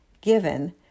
given